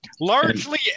Largely